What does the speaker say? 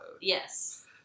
Yes